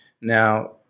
now